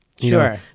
Sure